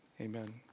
Amen